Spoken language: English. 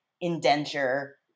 indenture